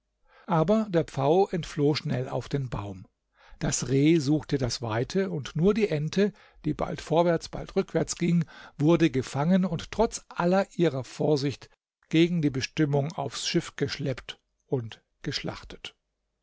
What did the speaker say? aber der pfau entfloh schnell auf den baum das reh suchte das weite nur die ente die bald vorwärts bald rückwärts ging wurde gefangen und trotz aller ihrer vorsicht gegen die bestimmung aufs schiff geschleppt und geschlachtet